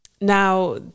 now